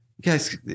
guys